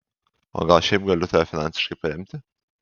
o gal šiaip galiu tave finansiškai paremti